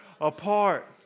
apart